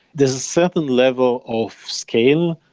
there's a certain level of scale,